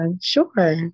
sure